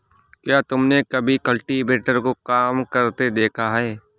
क्या तुमने कभी कल्टीवेटर को काम करते देखा है?